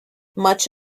much